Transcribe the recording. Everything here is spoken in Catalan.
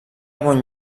bon